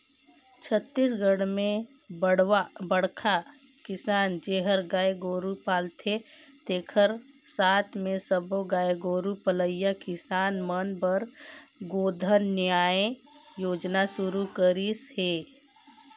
छत्तीसगढ़ में बड़खा किसान जेहर गाय गोरू पालथे तेखर साथ मे सब्बो गाय गोरू पलइया किसान मन बर गोधन न्याय योजना सुरू करिस हे